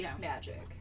magic